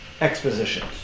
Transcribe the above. expositions